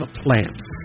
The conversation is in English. plants